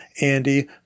Andy